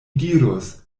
dirus